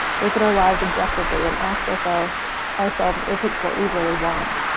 look at our lives objectively and ask ourselves ourselves if it's what we really want.